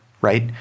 right